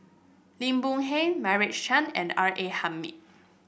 Lim Boon Heng Meira Chand and R A Hamid